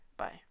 Bye